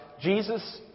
Jesus